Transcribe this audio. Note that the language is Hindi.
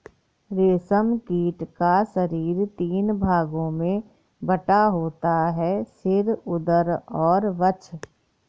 रेशम कीट का शरीर तीन भागों में बटा होता है सिर, उदर और वक्ष